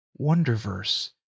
Wonderverse